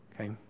Okay